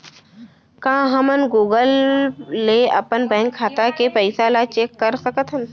का हमन गूगल ले अपन बैंक खाता के पइसा ला चेक कर सकथन का?